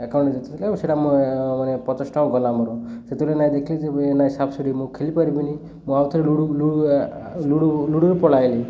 ଏକାଉଣ୍ଟ୍ରେ ଯେତେଥିଲା ସେଇଟା ମୋ ମାନେ ପଚାଶ୍ ଟଙ୍କା ଗଲା ମୋର ସେତେବେଳେ ନାଇଁ ଦେଖିଲି ଯେ ନାଇଁ ସାପଶିଢ଼ି ମୁଁ ଖେଲିପାରିବିନି ମୁଁ ଆଉ ଥରେ ଲୁଡ଼ୁ ରୁ ଲୁଡ଼ୁରୁ ପଳାଇଲି